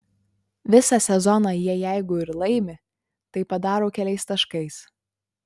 visą sezoną jie jeigu ir laimi tai padaro keliais taškais